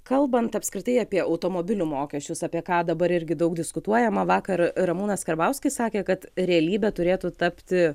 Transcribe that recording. kalbant apskritai apie automobilių mokesčius apie ką dabar irgi daug diskutuojama vakar ramūnas karbauskis sakė kad realybe turėtų tapti